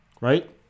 Right